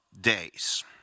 Days